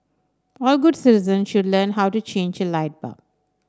all good citizens should learn how to change a light bulb